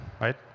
right